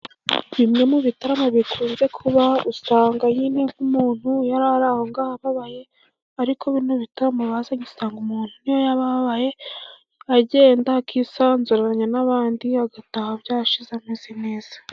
Bimwe mu bitaramo bikunze kuba, usanga nyine nk'umuntu yari ari aho ngaho ababaye, ariko bino bitaramo bazanye, usanga umuntu n'iyo yaba ababaye agenda akisanzurana n'abandi, agataha byashize ameze neza.